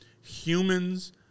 humans